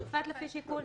השופט, לפי שיקול דעתו.